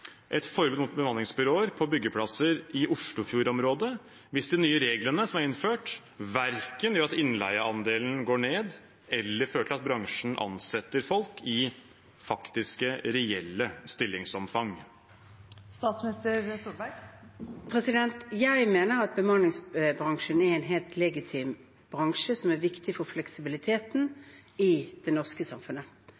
et forbud mot bemanningsbyråer på byggeplasser i Oslofjord-området hvis de nye reglene som er innført, verken gjør at innleieandelen går ned, eller fører til at bransjen ansetter folk i faktiske, reelle stillingsomfang? Jeg mener at bemanningsbransjen er en helt legitim bransje som er viktig for fleksibiliteten